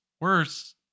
worse